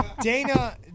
Dana